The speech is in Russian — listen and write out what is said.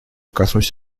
коснусь